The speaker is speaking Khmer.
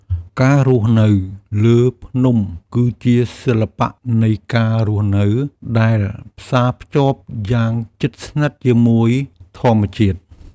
ការរស់នៅលើភ្នំគឺជាសិល្បៈនៃការរស់នៅដែលផ្សារភ្ជាប់យ៉ាងជិតស្និទ្ធជាមួយធម្មជាតិ។